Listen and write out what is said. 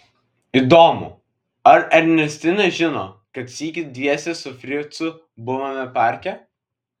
įdomu ar ernestina žino kad sykį dviese su fricu buvome parke